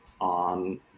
on